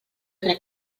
crec